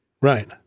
Right